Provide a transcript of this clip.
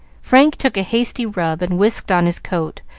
frank took a hasty rub and whisked on his coat,